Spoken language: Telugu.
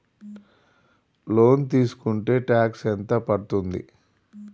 లోన్ తీస్కుంటే టాక్స్ ఎంత పడ్తుంది?